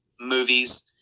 Movies